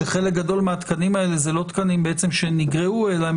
שחלק גדול מהתקנים האלה הם לא תקנים שנגרעו אלא שהם